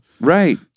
right